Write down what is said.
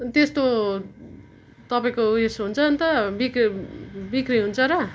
त्यस्तो तपाईँको उयस हुन्छ अन्त बिक्री बिक्री हुन्छ र